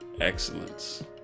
excellence